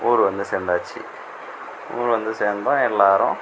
ஊர் வந்து சேர்ந்தாச்சி ஊர் வந்து சேர்ந்தோம் எல்லாேரும்